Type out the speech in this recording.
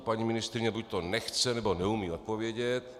Paní ministryně buďto nechce, nebo neumí odpovědět.